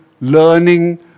learning